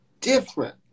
different